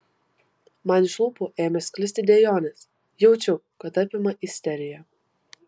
man iš lūpų ėmė sklisti dejonės jaučiau kad apima isterija